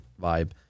vibe